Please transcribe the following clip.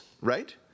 right